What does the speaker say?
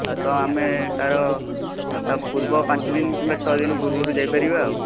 ଆ ତ ଆମେ ତାର ତା ପୂର୍ବ ପାଞ୍ଚ ଦିନ କିମ୍ବା ଛଅ ଦିନ ପୂର୍ବରୁ ଯାଇପାରିବା